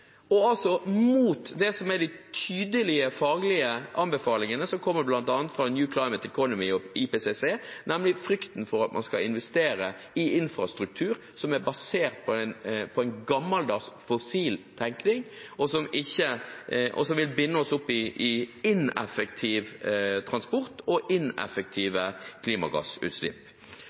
og mot de tydelige faglige anbefalingene som kommer fra bl.a. New Climate Economy og IPCC, som frykter at man skal investere i en infrastruktur som er basert på en gammeldags fossil tenkning, og som vil binde oss opp i ineffektiv transport og ineffektive klimagassutslipp.